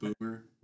boomer